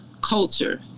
culture